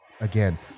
again